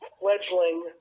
fledgling